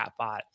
chatbot